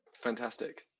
Fantastic